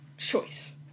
Choice